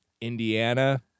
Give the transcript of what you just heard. Indiana